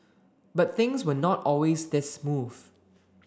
but things were not always this smooth